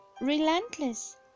relentless